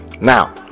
now